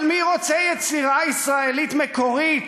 אבל מי רוצה יצירה ישראלית מקורית